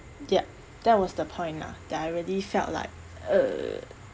yup that was the point lah that I really felt like uh